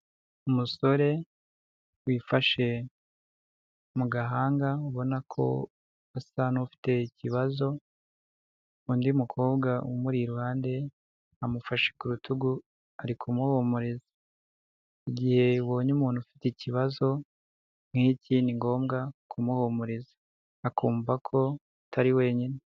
Umusore wifashe mu gahanga ubona ko asa n'ufite ikibazo undi mukobwa umuri iruhande amufashe ku rutugu ari kumuhuriza, igihe ubonye umuntu ufite ikibazo nk'iki ni ngombwa kumuhumuriza akumva ko atari wenyine.